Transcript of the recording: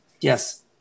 Yes